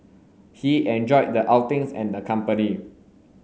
he enjoyed the outings and the company